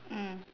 mm